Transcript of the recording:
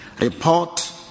Report